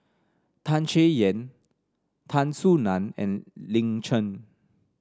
Tan Chay Yan Tan Soo Nan and Lin Chen